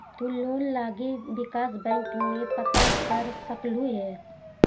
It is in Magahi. तु लोन लागी विकास बैंक में पता कर सकलहुं हे